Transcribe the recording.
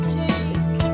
take